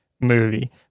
movie